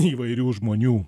įvairių žmonių